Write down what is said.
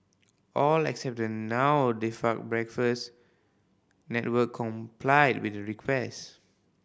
all except the now defunct Breakfast Network complied with the request